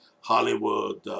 Hollywood